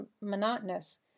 monotonous